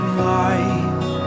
life